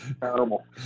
Terrible